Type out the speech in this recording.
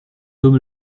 homme